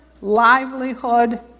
livelihood